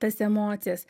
tas emocijas